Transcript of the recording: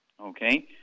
Okay